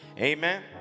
Amen